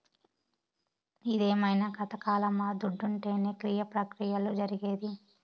ఇదేమైన గతకాలమా దుడ్డుంటేనే క్రియ ప్రక్రియలు జరిగేది